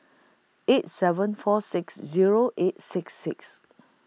eight seven four six Zero eight six six